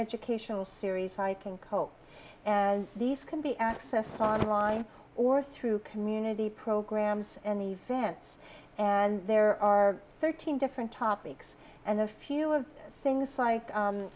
educational series i can cope and these can be accessed online or through community programs and events and there are thirteen different topics and a few of things like